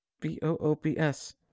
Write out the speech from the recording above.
B-O-O-B-S